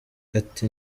ati